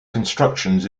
constructions